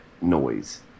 noise